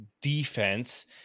defense